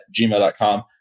gmail.com